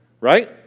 right